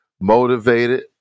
motivated